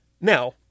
Now